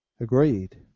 Agreed